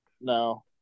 No